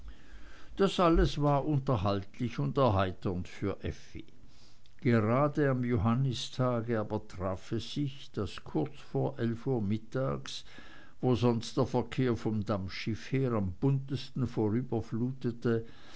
das alles war unterhaltlich und erheiternd für effi gerade am johannistag aber traf es sich daß kurz vor elf uhr vormittags wo sonst der verkehr vom dampfschiff her am buntesten